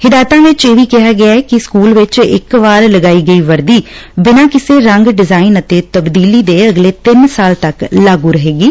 ਹਿਦਾਇਤਾਂ ਵਿੱਚ ਇਹ ਵੀ ਕਿਹਾ ਗਿਐ ਕਿ ਸਕੂਲਾਂ 'ਚ ਇੱਕ ਵਾਰ ਲਗਾਈ ਗਈ ਵਰਦੀ ਬਿਨਾ ਕਿਸੇ ਰੰਗ ਡਿਜਾਇਨ ਅਤੇ ਤਬਦੀਲੀ ਦੇ ਅਗਲੇ ਤਿੰਨ ਸਾਲ ਤੱਕ ਲਾਗੂ ਰਹੇਗੀ